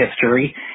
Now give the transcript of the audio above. history